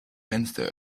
fenster